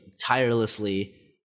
tirelessly